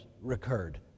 recurred